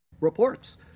reports